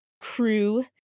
crew